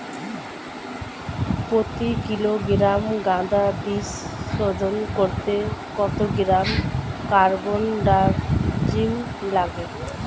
প্রতি কিলোগ্রাম গাঁদা বীজ শোধন করতে কত গ্রাম কারবানডাজিম লাগে?